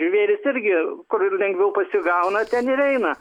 žvėrys irgi kur lengviau pasigauna ten ir eina